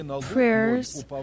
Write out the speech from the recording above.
prayers